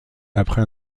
après